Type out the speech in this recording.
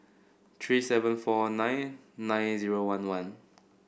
three seven four nine nine zero one one